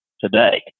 today